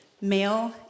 Male